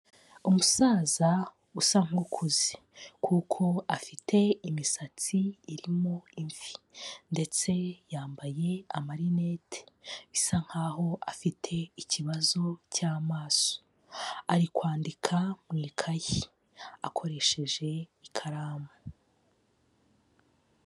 Umusaza usa nk'ukuze kuko afite imisatsi irimo imvi ndetse yambaye amarinete, bisa nkaho afite ikibazo cy'amaso. Ari kwandika mu ikayi akoresheje ikaramu.